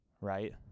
right